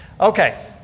Okay